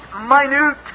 minute